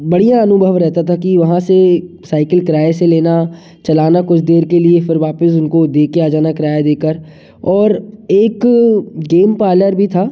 बढ़िया अनुभव रहता था कि वहाँ से साइकिल किराये से लेना चलाना कुछ देर के लिए फिर वापस उनको दे के आ जाना किराया देकर और एक गेम पार्लर भी था